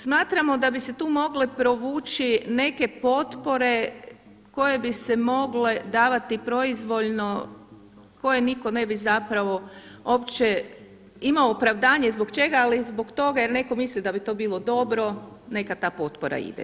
Smatramo da bi se tu mogle provući neke potpore koje bi se mogle davati proizvoljno, koje nitko ne bi zapravo uopće imao opravdanje zbog čega ali i zbog toga jer netko misli da bi to bilo dobro, neka ta potpora ide.